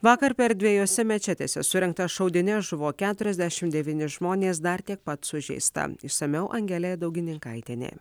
vakar per dviejose mečetėse surengtas šaudynes žuvo keturiasdešim devyni žmonės dar tiek pat sužeista išsamiau angelė daugininkaitienė